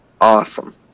Awesome